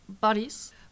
bodies